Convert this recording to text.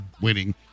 winning